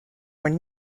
were